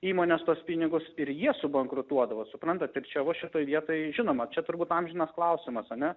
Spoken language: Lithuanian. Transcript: įmones tuos pinigus ir jie subankrutuodavo suprantat ir čia vo šitoj vietoj žinoma čia turbūt amžinas klausimas ane